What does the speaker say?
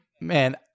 man